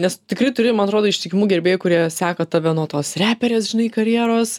nes tikrai turi man atrodo ištikimų gerbėjų kurie seka tave nuo tos reperis žinai karjeros